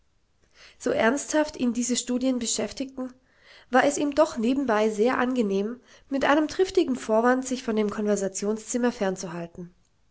so ernsthaft ihn diese studien beschäftigten war es ihm doch nebenbei sehr angenehm mit einem triftigen vorwand sich von dem konversationszimmer fernzuhalten